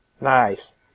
Nice